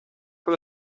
con